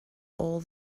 all